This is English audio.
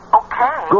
okay